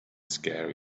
scary